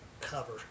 cover